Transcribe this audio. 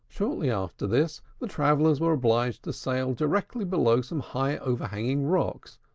shortly after this, the travellers were obliged to sail directly below some high overhanging rocks,